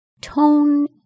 tone